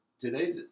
Today